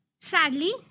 Sadly